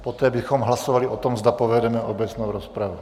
Poté bychom hlasovali o tom, zda povedeme obecnou rozpravu.